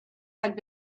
had